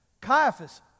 Caiaphas